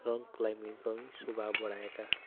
rock क्लाइम्बिङको पनि शोभा बढाएका